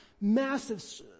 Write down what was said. massive